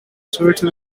suite